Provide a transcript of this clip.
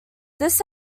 this